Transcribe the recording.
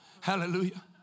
Hallelujah